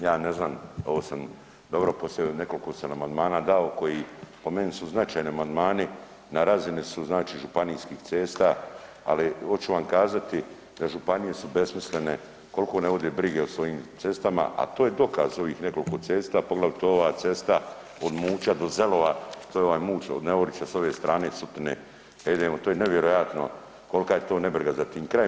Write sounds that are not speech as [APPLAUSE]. Ja ne znam, ovo sam dobro postavio, nekoliko sam amandmana dao, koji po meni su značajni amandmani, na razini su znači županijskih cesta, ali oću vam kazati da županije su besmislene, koliko ne vode brige o svojim cestama, a to je dokaz ovih nekoliko cesta, poglavito ova cesta od Muća do Zelova, to je ovaj Muć od ... [UNINTELLIGIBLE] s ove strane Sutine kad idemo, to je nevjerojatno kolika je to nebriga za tim krajem.